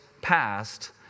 passed